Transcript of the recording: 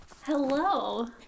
Hello